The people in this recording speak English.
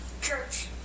Church